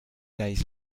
days